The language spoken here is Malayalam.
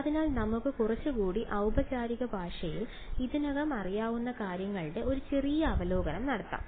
അതിനാൽ നമുക്ക് കുറച്ചുകൂടി ഔപചാരിക ഭാഷയിൽ ഇതിനകം അറിയാവുന്ന കാര്യങ്ങളുടെ ഒരു ചെറിയ അവലോകനം നടത്താം